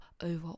over